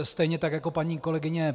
Stejně tak jako paní kolegyně